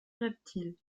reptiles